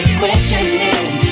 questioning